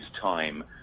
time